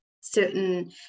certain